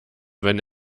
wenn